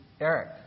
Eric